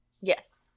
Yes